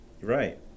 Right